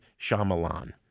Shyamalan